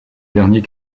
dernier